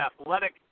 athletic